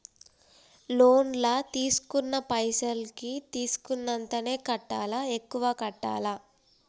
Loan లా తీస్కున్న పైసల్ కి తీస్కున్నంతనే కట్టాలా? ఎక్కువ కట్టాలా?